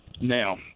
Now